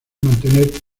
mantener